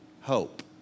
hope